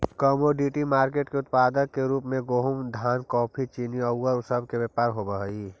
commodity market के उत्पाद के रूप में गेहूं धान कॉफी चीनी औउर सब के व्यापार होवऽ हई